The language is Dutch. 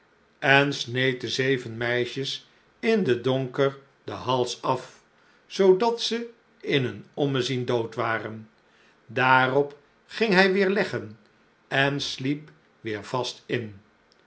de zeven meisjes in den donker den hals af zoodat ze in een ommezien dood waren daarop ging hij weer leggen en sliep weer vast in